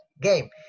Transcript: game